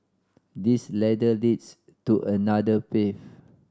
this ladder leads to another path